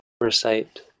recite